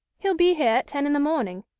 he'll be here at ten in the morning,